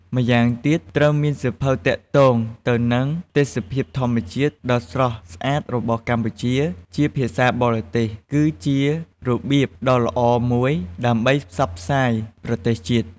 ម៉្យាងទៀតត្រូវមានសៀវភៅទាក់ទងទៅនឹងទេសភាពធម្មជាតិដ៏ស្រស់ស្អាតរបស់កម្ពុជា ជាភាសាបរទេស គឺជារបៀបដ៏ល្អមួយដើម្បីផ្សព្វផ្សាយប្រទេសជាតិ។